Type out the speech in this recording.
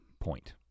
point